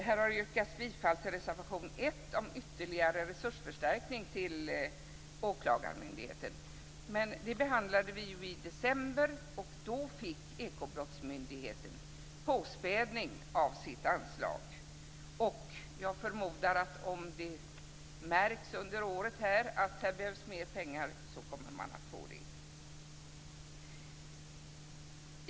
Här har yrkats bifall till reservation 1 om ytterligare resursförstärkning till åklagarmyndigheten. Det behandlade vi i december, och då fick Ekobrottsmyndigheten en påspädning av sitt anslag. Jag förmodar att om det under året märks att det behövs mer pengar kommer man att få det.